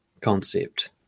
concept